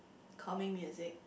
calming music